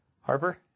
Harper